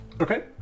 Okay